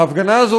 ההפגנה הזאת